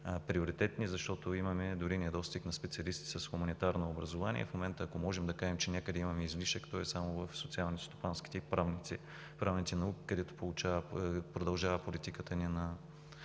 направления, защото имаме дори недостиг на специалисти с хуманитарно образование. Ако можем да кажем в момента, че някъде имаме излишък, то е само в социалните, стопанските и правните науки, където продължава политиката ни на